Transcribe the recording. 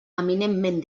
eminentment